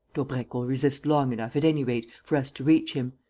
daubrecq will resist long enough, at any rate, for us to reach him.